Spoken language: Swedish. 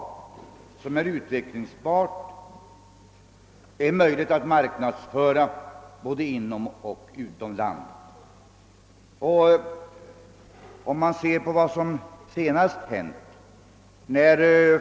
Utvecklingsbara och möjliga att marknadsföra både inom och utom landet. Jag tillhör landstingets arbetsgrupp för näringsfrågor.